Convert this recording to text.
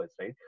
right